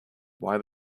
why